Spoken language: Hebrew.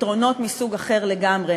לפתרונות מסוג אחר לגמרי.